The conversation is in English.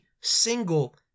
single